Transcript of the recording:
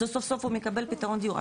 סוף סוף הוא מקבל פתרון דיור.